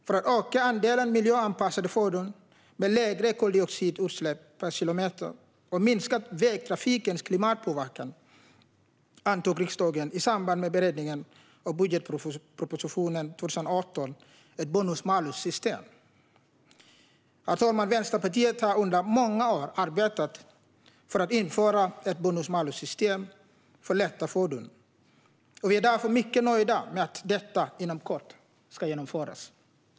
För att öka andelen miljöanpassade fordon med lägre koldioxidutsläpp per kilometer och minska vägtrafikens klimatpåverkan antog riksdagen i samband med beredningen av budgetpropositionen för 2018 ett bonus-malus-system. Vänsterpartiet har under många år arbetat för att införa ett bonus-malus-system för lätta fordon, och vi är därför mycket nöjda med att detta inom kort ska genomföras.